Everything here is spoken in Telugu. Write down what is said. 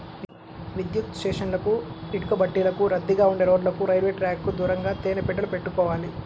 విద్యుత్ స్టేషన్లకు, ఇటుకబట్టీలకు, రద్దీగా ఉండే రోడ్లకు, రైల్వే ట్రాకుకు దూరంగా తేనె పెట్టెలు పెట్టుకోవాలి